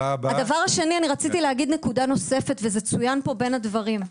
רציתי להגיד נקודה נוספת וזה צוין פה בין הדברים.